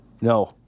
No